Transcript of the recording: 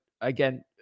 again